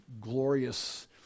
glorious